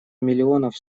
миллионов